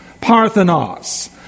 Parthenos